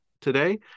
today